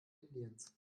indiens